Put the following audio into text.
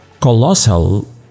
Colossal